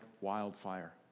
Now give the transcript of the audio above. wildfire